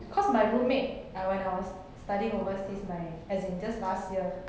cause my roommate uh when I was studying overseas my as in just last year